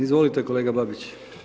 Izvolite kolega Babić.